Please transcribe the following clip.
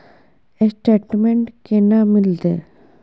Statement केना मिलते?